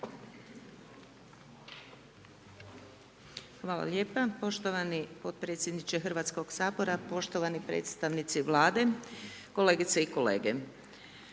Hvala lijepa poštovani potpredsjedniče Hrvatskoga sabora, poštovani predstavnici Vlade, kolegice i kolege.